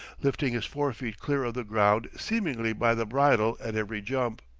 lifting his forefeet clear of the ground seemingly by the bridle at every jump.